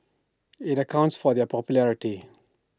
IT accounts for their popularity